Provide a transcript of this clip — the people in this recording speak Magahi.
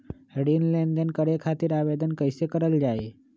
ऋण लेनदेन करे खातीर आवेदन कइसे करल जाई?